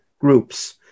groups